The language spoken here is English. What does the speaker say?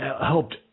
helped